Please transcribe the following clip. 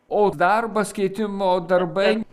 o darbas keitimo darbai